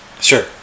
sure